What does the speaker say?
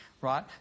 right